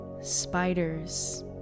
spiders